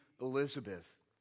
Elizabeth